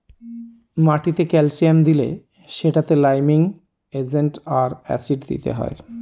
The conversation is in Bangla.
মাটিতে ক্যালসিয়াম দিলে সেটাতে লাইমিং এজেন্ট আর অ্যাসিড দিতে হয়